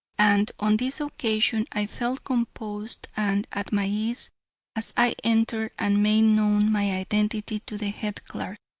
and on this occasion i felt composed and at my ease as i entered and made known my identity to the head clerk.